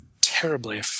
terribly